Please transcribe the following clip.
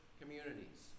communities